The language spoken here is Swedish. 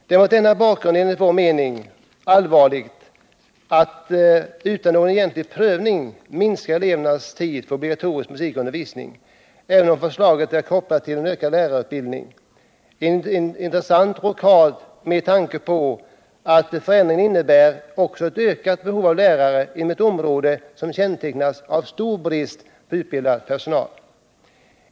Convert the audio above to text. Det är mot denna bakgrund enligt vår mening allvarligt att utan någon egentlig prövning minska elevernas tid för obligatorisk musikundervisning, även om förslaget är kopplat till en ökad lärarutbildning —en intressant rockad med tanke på att förändringen också innebär ett ökat behov av lärare inom ett område som kännetecknas av stor brist på utbildad personal.